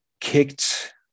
kicked